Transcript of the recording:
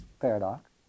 paradox